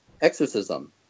exorcism